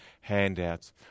handouts